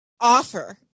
offer